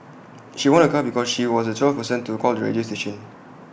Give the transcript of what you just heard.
she won A car because she was the twelfth person to call the radio station